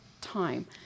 time